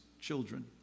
children